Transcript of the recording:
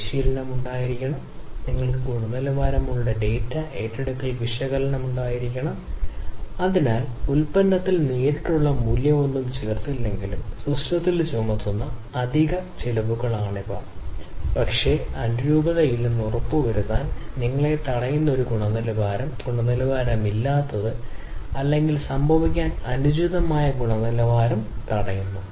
ഒപ്പം ബന്ധം ഇൻപുട്ടുകൾക്കും ഔട്ട്പുട്ടുകൾക്കുമിടയിൽ ഈ രീതിയിൽ സ്ഥാപിക്കപ്പെടുന്നു കൂടാതെ ഫംഗ്ഷനുകളും സിസ്റ്റം ഡിസൈൻ ലെവൽ കഴിഞ്ഞാൽ ഭാഗങ്ങളും സബ്സിസ്റ്റങ്ങളും നിർണ്ണയിക്കപ്പെടുന്നു നിങ്ങൾക്ക് ഒരു ആസൂത്രണം അറിയാവുന്ന ഗുണനിലവാരത്തിലാണ് ചോദ്യങ്ങൾ അഭിസംബോധന ചെയ്യുന്നത്